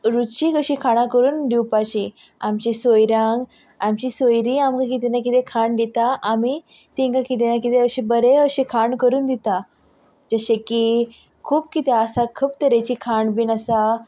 रुचीक अशी खाणां करून दिवपाची आमच्या सोयऱ्यांक आमची सोयरीं आमकां कितें ना कितें खाण दिता आमी तेंकां कितें ना कितें अशें बरें अशें खाण करून दिता जशें की खूब कितें आसा खूब तरेचीं खाण बीण आसा